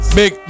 big